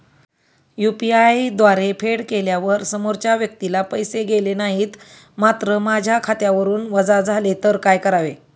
UPI द्वारे फेड केल्यावर समोरच्या व्यक्तीला पैसे गेले नाहीत मात्र माझ्या खात्यावरून वजा झाले तर काय करावे?